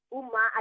Uma